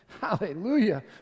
hallelujah